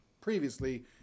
previously